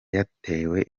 yatewe